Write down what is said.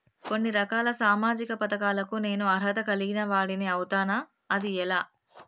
కొన్ని రకాల సామాజిక పథకాలకు నేను అర్హత కలిగిన వాడిని అవుతానా? అది ఎలా?